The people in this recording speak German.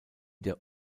der